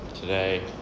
today